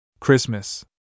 Christmas